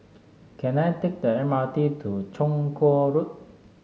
can I take the M R T to Chong Kuo Road